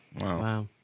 Wow